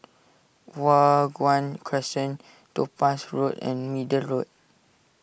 Hua Guan Crescent Topaz Road and Middle Road